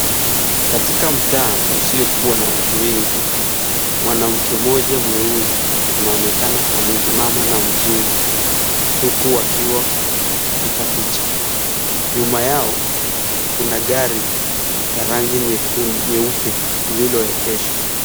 Katika mtaa usiokuwa na watu wengi, mwanamke mmoja mweusi anaonekana amesimama na mzungu, huku wakiwa wakipiga picha, nyuma yao kuna gari ya rangi nyeupe ililoekeshwa.